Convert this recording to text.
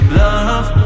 love